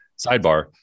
Sidebar